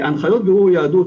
הנחיות בירור יהדות,